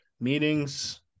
meetings